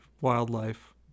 wildlife